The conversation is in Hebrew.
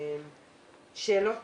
בהן שאלות